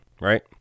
right